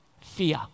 fear